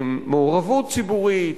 מעורבות ציבורית,